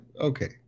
okay